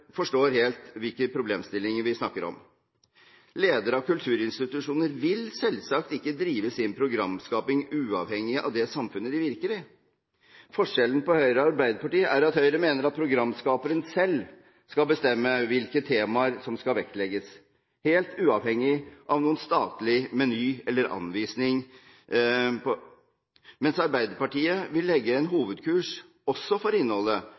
forstår hvilke problemstillinger vi snakker om. Ledere av kulturinstitusjoner vil selvsagt ikke drive sin programskaping uavhengig av det samfunnet de virker i. Forskjellen på Høyre og Arbeiderpartiet er at Høyre mener at programskaperen selv skal bestemme hvilke temaer som skal vektlegges, helt uavhengig av noen statlig meny eller anvisning, mens Arbeiderpartiet vil legge en hovedkurs også for innholdet,